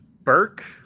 Burke